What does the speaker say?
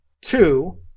Two